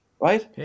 right